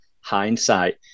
hindsight